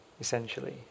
essentially